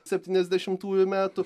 septyniasdešimtųjų metų